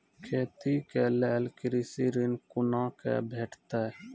खेती के लेल कृषि ऋण कुना के भेंटते?